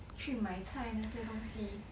去买菜那些东西